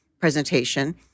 presentation